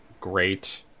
great